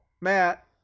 Matt